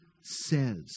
says